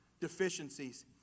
deficiencies